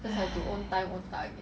just have to own time own target